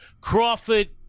Crawford